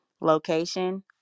location